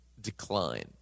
decline